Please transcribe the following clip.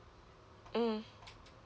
mm